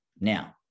Now